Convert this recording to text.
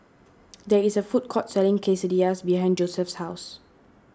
there is a food court selling Quesadillas behind Josef's house